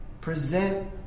present